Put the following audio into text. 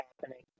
happening